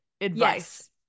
advice